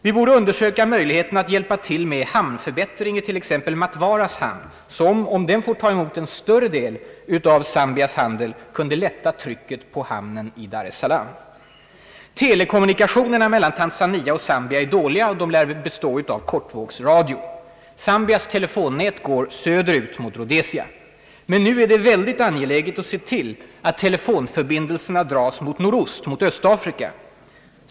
Vi borde undersöka möjligheten att hjälpa till med hamnförbättring i t.ex. Mtwaras hamn, som, om den får ta emot en större del av Zambias handel, kunde lätta trycket på hamnen i Dar-es-Salaam. Telekommunikationerna mellan Tanzania och Zambia är dåliga. De lär väl bestå av kortvågsradio. Zambias telefonnät går söderut, mot Rhodesia. Men nu är det ytterst angeläget att se till att telefonförbindelserna dras mot nordost, mot Östafrika.